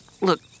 Look